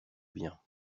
bien